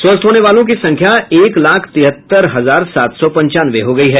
स्वस्थ होने वालों की संख्या एक लाख तिहत्तर हजार सात सौ पंचानवे हो गयी है